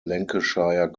lancashire